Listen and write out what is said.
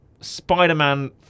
Spider-Man